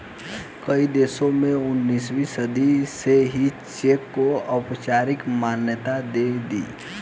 कई देशों ने उन्नीसवीं सदी में ही चेक को औपचारिक मान्यता दे दी